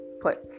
put